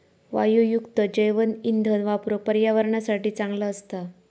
वायूयुक्त जैवइंधन वापरुक पर्यावरणासाठी चांगला असता